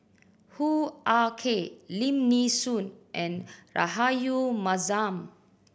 Hoo Ah Kay Lim Nee Soon and Rahayu Mahzam